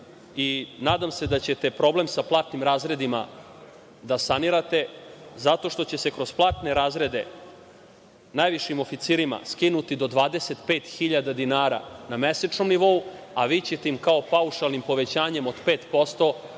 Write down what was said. i nadam se da ćete problem sa platnim razredima da sanirate zato što će se kroz platne razrede najvišim oficirima skinuti do 25.000 dinara na mesečnom nivou, a vi ćete im kao paušalnim povećanjem od 5%